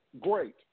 great